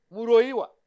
Muroiwa